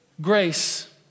grace